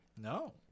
no